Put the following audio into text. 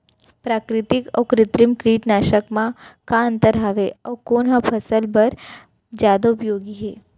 प्राकृतिक अऊ कृत्रिम कीटनाशक मा का अन्तर हावे अऊ कोन ह फसल बर जादा उपयोगी हे?